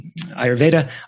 Ayurveda